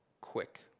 quick